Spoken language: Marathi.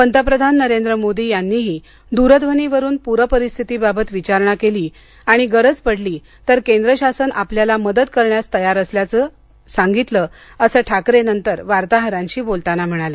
पंतप्रधान नरेंद्र मोदी यांनीही द्रध्वनीवरून पूर परिस्थिती बाबत विचारणा केली आणि गरज पडली तर केंद्र शासन आपल्याला मदत करण्यास तयार असल्याचं सांगितलं असं ठाकरे नंतर वार्ताहरांशी बोलताना म्हणाले